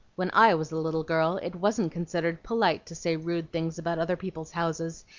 when i was a little girl, it wasn't considered polite to say rude things about other people's houses,